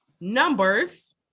Numbers